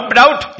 doubt